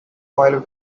while